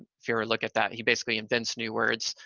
if you ever look at that, he basically invents new words.